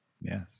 Yes